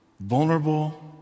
vulnerable